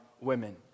women